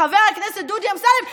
לחבר הכנסת דודי אמסלם,